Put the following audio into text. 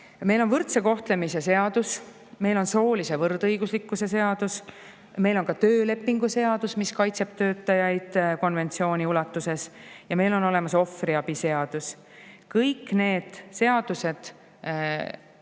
Meil on võrdse kohtlemise seadus, meil on soolise võrdõiguslikkuse seadus, meil on ka töölepingu seadus, mis kaitseb töötajaid konventsiooni ulatuses, ja meil on olemas ohvriabi seadus. Kõik need seadused